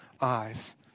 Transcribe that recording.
eyes